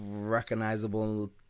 recognizable